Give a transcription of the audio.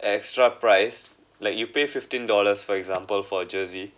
extra price like you pay fifteen dollars for example for a jersey